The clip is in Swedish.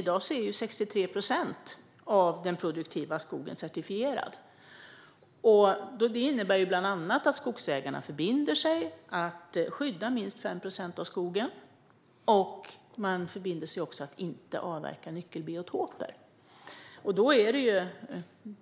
I dag är 63 procent av den produktiva skogen certifierad. Det innebär bland annat att skogsägarna förbinder sig att skydda minst 5 procent av skogen. De förbinder sig också att inte avverka nyckelbiotoper. Det